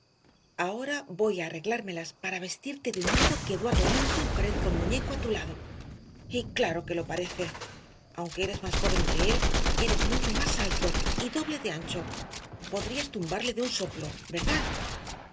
ahora voy a arreglármelas para vestirte de un modo que eduardo linton parezca un muñeco a tu lado y claro que lo parece aunque eres más joven que él eres mucho más alto y doble de ancho podrías turbarle de un soplo verdad